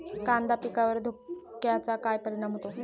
कांदा पिकावर धुक्याचा काय परिणाम होतो?